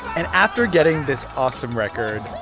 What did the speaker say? and after getting this awesome record,